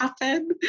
happen